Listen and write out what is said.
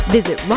Visit